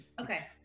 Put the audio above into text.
okay